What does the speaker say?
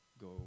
go